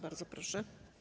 Bardzo proszę.